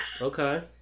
Okay